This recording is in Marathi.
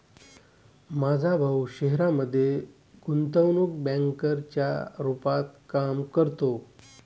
माझा भाऊ शहरामध्ये गुंतवणूक बँकर च्या रूपात काम करतो